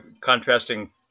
contrasting